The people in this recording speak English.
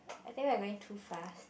I think we're going too fast